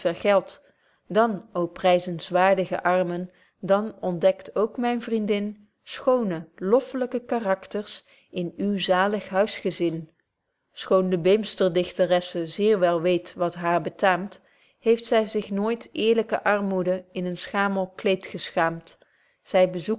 dan ô pryzenswaardige armen dan ontdekt ook myn vriendin schoone loflyke karakters in uw zalig huisgezin schoon de beemster dichteresse zeer wel weet wat haar betaamt heeft zy zich nooit eerlyke armoede in een schamel kleed geschaamt zy